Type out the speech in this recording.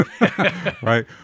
Right